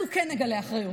אנחנו כן נגלה אחריות.